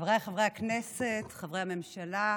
חבריי חברי הכנסת, חברי הממשלה,